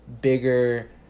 bigger